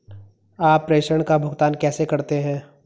आप प्रेषण का भुगतान कैसे करते हैं?